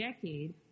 decade